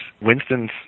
Winston's